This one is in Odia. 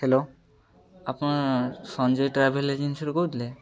ହ୍ୟାଲୋ ଆପଣ ସଞ୍ଜୟ ଟ୍ରାଭେଲ୍ ଏଜେନ୍ସିରୁ କହୁଥିଲେ